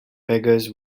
beggars